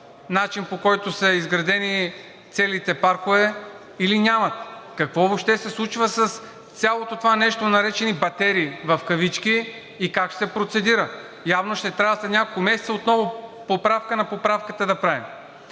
начин, по който са изградени целите паркове или нямат? Какво въобще се случва с цялото това нещо, наречени „батерии“ и как ще се процедира? Явно ще трябва след няколко месеца отново поправка на поправката да правим.